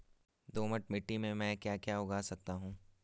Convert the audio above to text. दोमट मिट्टी में म ैं क्या क्या उगा सकता हूँ?